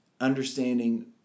understanding